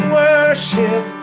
worship